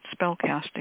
spellcasting